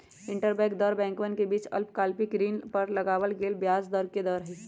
interbank दर बैंकवन के बीच अल्पकालिक ऋण पर लगावल गेलय ब्याज के दर हई